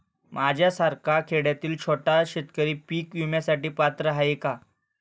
माझ्यासारखा खेड्यातील छोटा शेतकरी पीक विम्यासाठी पात्र आहे का?